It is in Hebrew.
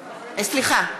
סליחה.